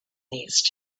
these